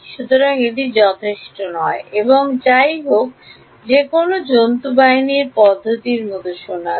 সুতরাং এটি যথেষ্ট নয় এবং যাইহোক যে কোনও জন্তু বাহিনীর পদ্ধতির মতো শোনাচ্ছে